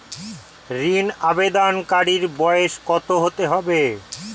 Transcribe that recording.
ঋন আবেদনকারী বয়স কত হতে হবে?